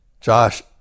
Josh